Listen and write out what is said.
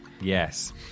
yes